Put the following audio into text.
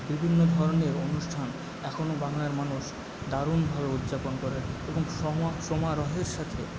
বিভিন্ন ধরনের অনুষ্ঠান এখনও বাংলার মানুষ দারুণভাবে উদযাপন করে এবং সমারোহের সাথে